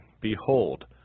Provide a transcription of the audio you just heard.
Behold